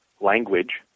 language